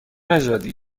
نژادی